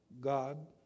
God